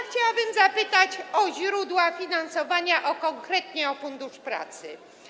Chciałabym zapytać o źródła finansowania, konkretnie o Fundusz Pracy.